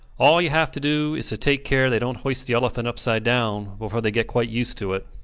all you have to do is to take care they dont hoist the elephant upside-down before they get quite used to it.